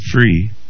free